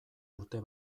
urte